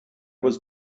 was